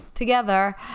together